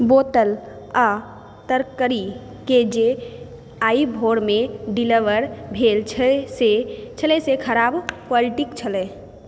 बोतल आ तरकारी के जे आइ भोरमे डिलीवर भेल छै से छलै से खराब क्वालिटीक छल